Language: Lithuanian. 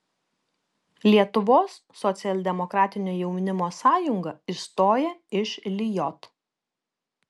lietuvos socialdemokratinio jaunimo sąjunga išstoja iš lijot